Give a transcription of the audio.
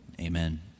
Amen